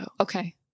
Okay